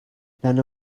than